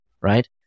right